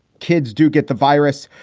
kids do get the virus,